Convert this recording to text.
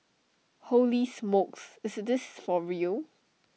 holy smokes is this for real